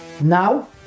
now